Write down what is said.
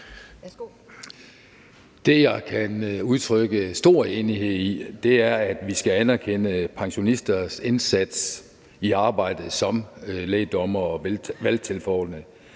Det, jeg kan udtrykke stor enighed i, er, at vi skal anerkende pensionisters indsats i arbejdet som lægdommere og valgtilforordnede.